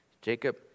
Jacob